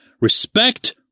Respect